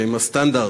שהם הסטנדרט,